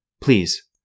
Please